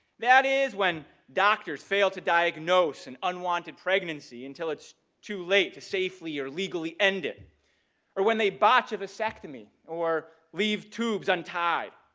that is when doctors fail to diagnose an unwanted pregnancy until it's too late to safely or legally end it or when they botch a vasectomy or leave tubes untied